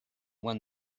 when